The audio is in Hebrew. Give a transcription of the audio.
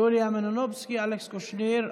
יוליה מלינובסקי ואלכס קושניר,